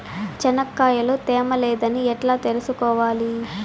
చెనక్కాయ లో తేమ లేదని ఎట్లా తెలుసుకోవాలి?